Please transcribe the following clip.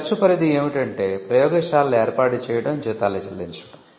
ఈ ఖర్చు పరిధి ఏమిటంటే ప్రయోగశాలలు ఏర్పాటు చేయడం జీతాలు చెల్లించడం